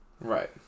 Right